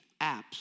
apps